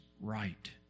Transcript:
right